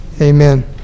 Amen